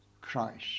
Christ